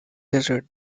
desert